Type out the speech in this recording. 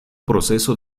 proceso